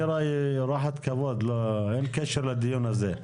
מירה היא אורחת כבוד ללא קשר לדיון הזה.